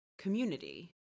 community